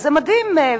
זה מדהים,